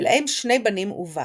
ולהם שני בנים ובת.